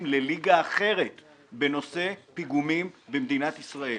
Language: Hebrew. לליגה אחרת בנושא פיגומים במדינת ישראל,